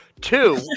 Two